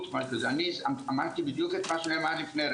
יש כאן קבוצה גדולה של מאות אם לא אלפי אנשים שהם כבר בעלי תואר